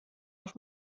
auf